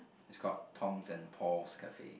it's called Tom's and Paul's Cafe